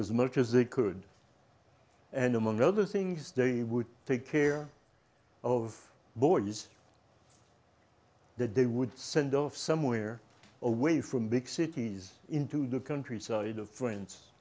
as much as they could and among other things they would take care of boris that they would send off somewhere away from big cities into the countryside of friends